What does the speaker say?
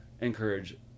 encourage